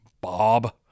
Bob